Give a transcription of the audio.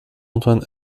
antoine